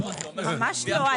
ממש לא.